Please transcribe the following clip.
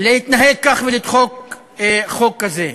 להתנהג כך ולחוקק חוק כזה.